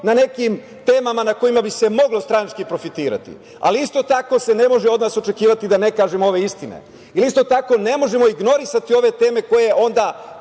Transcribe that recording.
na nekim temama na kojima bi se moglo stranački profitirati. Isto tako se od nas ne može očekivati da ne kažemo ove istine. Isto tako ne možemo ignorisati ove teme koje onda